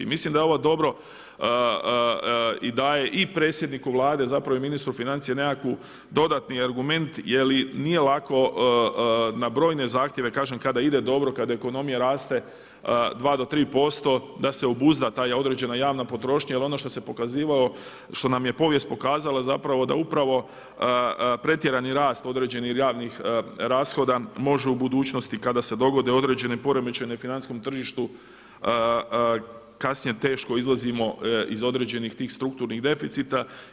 Mislim da je ovo dobro i daje i predsjedniku Vlade i ministru financija nekakav dodatni argument jer nije lako na brojne zahtjeve, kažem, kada ide dobro, kada ekonomija raste 2 do 3% da se obuzda ta određena javna potrošnja jer ono što nam je povijest pokazala zapravo da upravo pretjerani rast određenih javnih rashoda može u budućnosti kada se dogode određene poremećaji u financijskom tržištu kasnije teško izlazimo iz određenih tih strukturnih deficita.